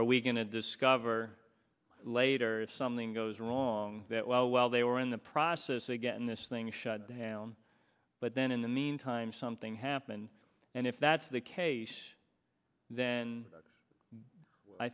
re going to discover later if something goes wrong that well while they were in the process again this thing shut down but then in the meantime something happened and if that's the case then i